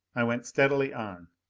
i went steadily on